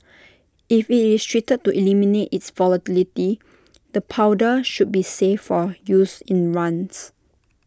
if IT is treated to eliminate its volatility the powder should be safe for use in runs